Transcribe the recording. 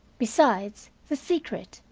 besides, the secret,